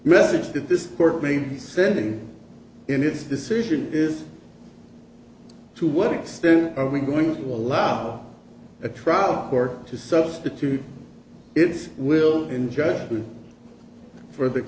message that this court may be sending in his decision is to what extent are we going to allow a trial court to substitute its will in judgment for the